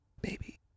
baby